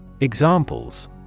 Examples